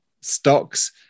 stocks